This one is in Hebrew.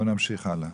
נמשיך הלאה.